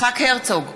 יצחק הרצוג,